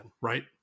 right